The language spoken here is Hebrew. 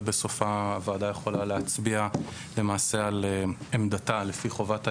ובסוף הוועדה יכולה להצביע למעשה על עמדתה לפי חובת ההיוועצות.